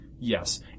Yes